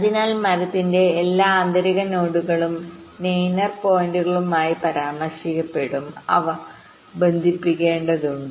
അതിനാൽ മരത്തിന്റെ എല്ലാ ആന്തരിക നോഡുകളും സ്റ്റെയ്നർ പോയിന്റുകളായിപരാമർശിക്കപ്പെടും അവ ബന്ധിപ്പിക്കേണ്ടതുണ്ട്